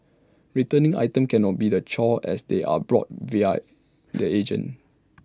returning items can not be A chore as they are bought via the agent